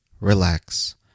relax